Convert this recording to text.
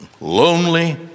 lonely